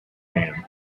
man